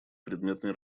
предметной